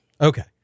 Okay